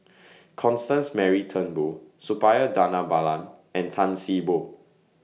Constance Mary Turnbull Suppiah Dhanabalan and Tan See Boo